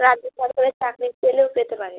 রাজ্য সরকারের চাকরি পেলেও পেতে পারেন